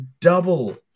double